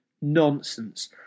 nonsense